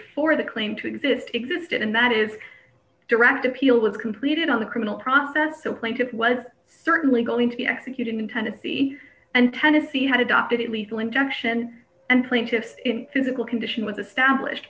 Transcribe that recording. for the claim to exist existed and that is a direct appeal was completed on the criminal process so plaintiffs was certainly going to be executed in tennessee and tennessee had adopted it lethal injection and plaintiffs in physical condition with esta